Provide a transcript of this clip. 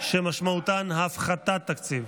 שמשמעותן הפחתת תקציב.